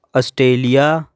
Australia